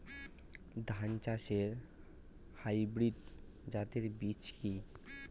ধান চাষের হাইব্রিড জাতের বীজ কি?